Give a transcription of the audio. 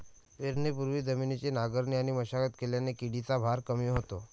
पेरणीपूर्वी जमिनीची नांगरणी आणि मशागत केल्याने किडीचा भार कमी होतो